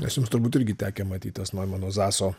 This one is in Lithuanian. nes jums turbūt irgi tekę matyt tas noimano zaso